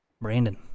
Brandon